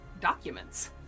documents